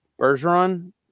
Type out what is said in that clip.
Bergeron